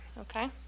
okay